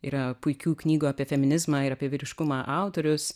yra puikių knygų apie feminizmą ir apie vyriškumą autorius